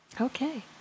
Okay